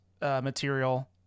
material